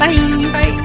Bye